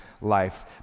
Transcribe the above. life